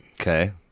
Okay